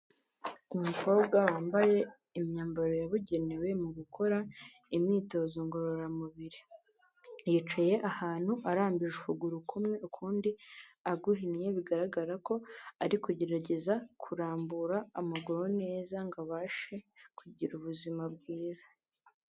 Umukobwa wambaye imyambaro yabugenewe mu gukora imyitozo ngororamubiri, yicaye ahantu arambije ukuguru kumwe, ukundi aguhinnye, bigaragara ko ari kugerageza kurambura amaguru neza ngo abashe kugira ubuzima bwiza.